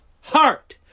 Heart